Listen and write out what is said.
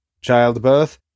childbirth